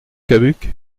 cabuc